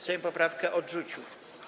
Sejm poprawkę odrzucił.